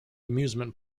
amusement